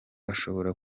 ashobora